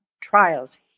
trials